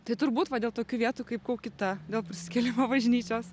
tai turbūt va dėl tokių vietų kaip kaukita dėl prisikėlimo bažnyčios